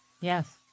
Yes